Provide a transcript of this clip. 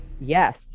yes